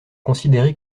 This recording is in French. considéré